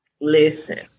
Listen